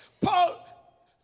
Paul